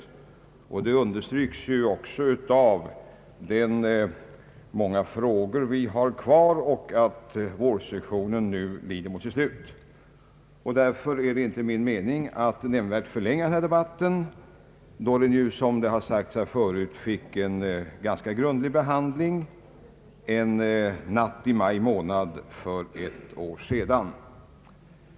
Viljan att snabbt komma fram till beslut understryks också av att vårsessionen lider mot sitt slut och att vi har många frågor kvar att behandla. Därför är det inte min avsikt att nämnvärt förlänga denna debatt, då frågan fick en grundlig behandling här i riksdagen en natt i maj månad för ett år sedan.